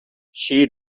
she